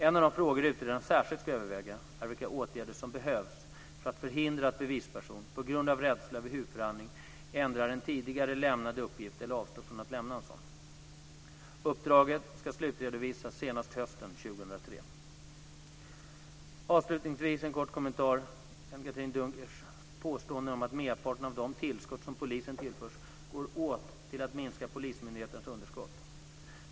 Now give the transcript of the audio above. En av de frågor utredaren särskilt ska överväga är vilka åtgärder som behövs för att förhindra att bevisperson, på grund av rädsla, vid huvudförhandling ändrar en tidigare lämnad uppgift eller avstår från att lämna en sådan. Uppdraget ska slutredovisas senast hösten Avslutningsvis en kort kommentar till Anne Katrine Dunkers påstående om att merparten av de tillskott som polisen tillförts går åt till att minska polismyndigheternas underskott.